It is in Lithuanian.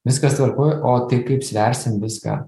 viskas tvarkoj o tai kaip sversim viską